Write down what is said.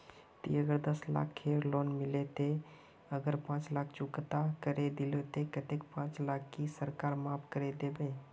ती अगर दस लाख खेर लोन लिलो ते ती अगर पाँच लाख चुकता करे दिलो ते कतेक पाँच लाख की सरकार माप करे दिबे?